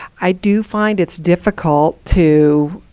i do find it's difficult to